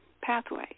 pathway